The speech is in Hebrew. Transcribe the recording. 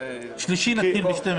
ביום שלישי נתחיל ב-12.